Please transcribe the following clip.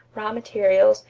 raw materials,